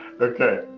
Okay